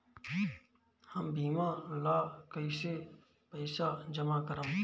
हम बीमा ला कईसे पईसा जमा करम?